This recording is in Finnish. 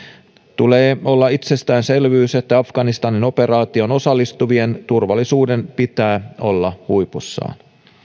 tulee olla itsestäänselvyys että afganistanin operaatioon osallistuvien turvallisuuden pitää olla huipussaan